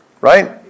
Right